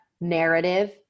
narrative